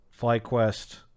FlyQuest